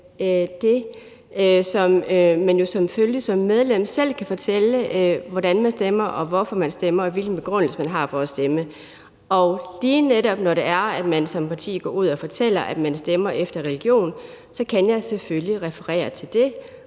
til, at man som medlem selv kan fortælle, hvordan man stemmer, og hvorfor man stemmer, og hvilken begrundelse man har for at stemme. Og når det lige netop er sådan, at man som parti går ud og fortæller, at man stemmer efter religion, så kan jeg selvfølgelig referere til det,